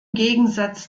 gegensatz